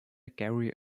gary